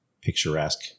picturesque